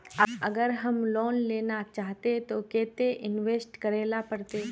अगर हम लोन लेना चाहते तो केते इंवेस्ट करेला पड़ते?